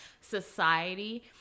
society